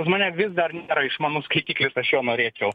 už mane vis dar nėra išmanus skaitiklis aš jonorėčiau